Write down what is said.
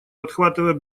подхватывая